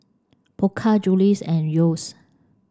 Pokka Julie's and Yeo's